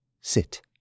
Sit